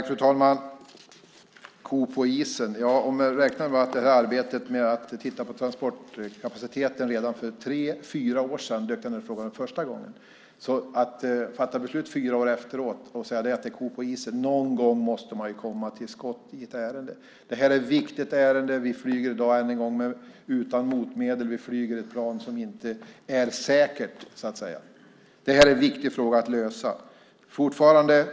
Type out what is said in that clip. Fru talman! För tre fyra år sedan dök frågan upp för första gången. När beslut nu fattas fyra år senare kan man inte säga att det är en ko på isen. Någon gång måste man komma till skott. Det är ett viktigt ärende. Vi flyger i dag ännu en gång utan motmedel; vi flyger ett plan som inte är säkert, så att säga. Det här är en viktig fråga att lösa.